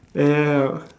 yup